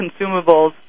consumables